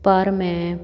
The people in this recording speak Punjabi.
ਪਰ ਮੈਂ